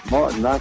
Martin